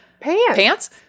Pants